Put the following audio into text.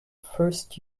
first